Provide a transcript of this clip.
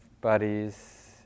buddies